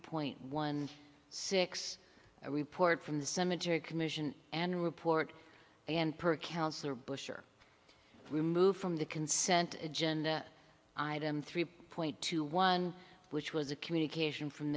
point one six a report from the cemetery commission and report and per councillor bush are removed from the consent agenda item three point two one which was a communication from